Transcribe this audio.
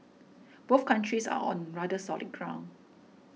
both countries are on rather solid ground